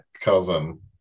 cousin